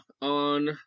on